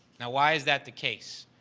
now, why is that the case?